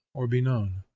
or be known.